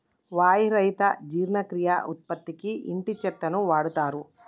వాయి రహిత జీర్ణక్రియ ఉత్పత్తికి ఇంటి చెత్తను వాడుతారు